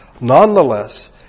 Nonetheless